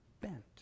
bent